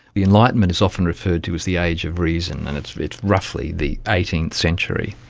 the enlightenment is often referred to as the age of reason, and it's it's roughly the eighteenth century,